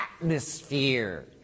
atmosphere